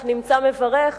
אך נמצא מברך: